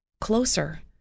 closer